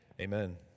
amen